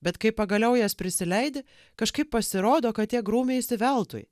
bet kai pagaliau jas prisileidi kažkaip pasirodo kad tiek grūmeisi veltui